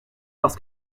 parce